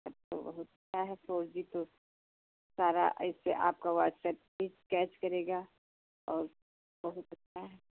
अच्छा बहुत अच्छा है फोर जी तो सारा इससे आपका वाटसप भी कैच करेगा और बहुत अच्छा है